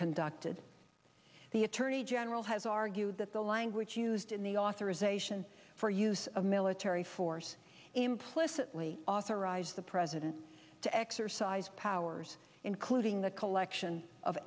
conducted the attorney general has argued that the language used in the authorization for use of military force implicitly authorized the president to exercise powers including the collection of